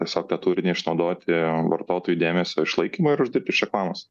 tiesiog tą turinį išnaudoti vartotojų dėmesio išlaikymui ir uždirbti iš reklamos